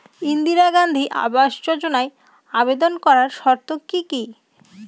ইন্দিরা গান্ধী আবাস যোজনায় আবেদন করার শর্ত কি কি?